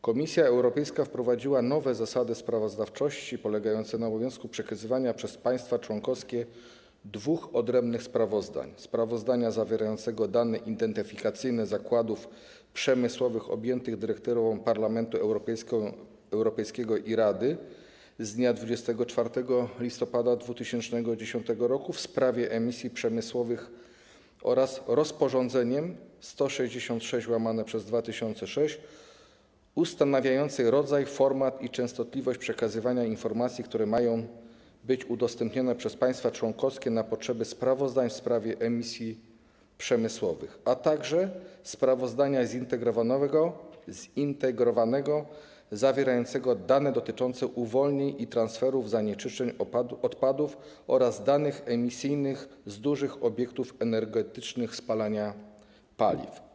Komisja Europejska wprowadziła nowe zasady sprawozdawczości, polegające na obowiązku przekazywania przez państwa członkowskie dwóch odrębnych sprawozdań: sprawozdania zawierającego dane identyfikacyjne zakładów przemysłowych objętych dyrektywą Parlamentu Europejskiego i Rady z dnia 24 listopada 2010 r. w sprawie emisji przemysłowych oraz rozporządzeniem 166/2006 ustanawiającym rodzaj, format i częstotliwość przekazywania informacji, które mają być udostępnione przez państwa członkowskie na potrzeby sprawozdań w sprawie emisji przemysłowych, a także sprawozdania zintegrowanego, zawierającego dane dotyczące uwolnień i transferów zanieczyszczeń odpadów oraz danych emisyjnych z dużych obiektów energetycznych spalania paliw.